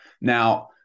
Now